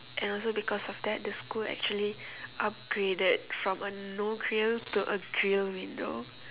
and also because of that the school actually upgraded from a no grill to a grill window